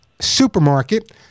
supermarket